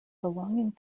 belonging